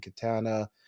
Katana